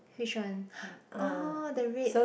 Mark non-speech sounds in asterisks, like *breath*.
which one *breath* orh the red